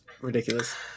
ridiculous